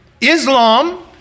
islam